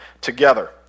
together